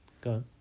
Go